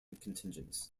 contingents